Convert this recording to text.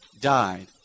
died